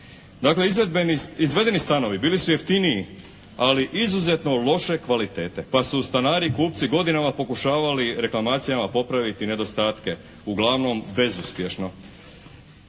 izvedeni stanovi bili su jeftiniji, ali izuzetno loše kvalitete pa su stanari, kupci godinama pokušavali reklamacijama popraviti nedostatke uglavnom bezuspješno.